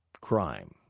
crime